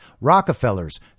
Rockefellers